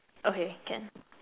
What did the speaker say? okay can